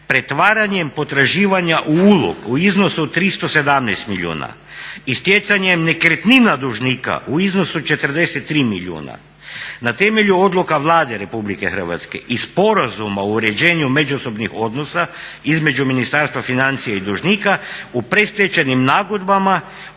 pretvaranjem potraživanja u ulog u iznosu od 317 milijuna i stjecanjem nekretnina dužnika u iznosu 43 milijuna. Na temelju odluka Vlade RH i sporazuma o uređenju međusobnih odnosa između Ministarstva financija i dužnika u predstečajnim nagodbama